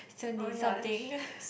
twenty something